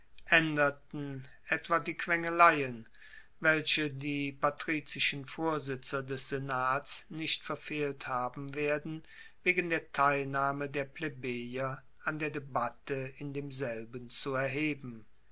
aenderten etwa die quengeleien welche die patrizischen vorsitzer des senats nicht verfehlt haben werden wegen der teilnahme der plebejer an der debatte in demselben zu erheben